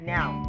Now